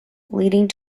leading